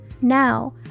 Now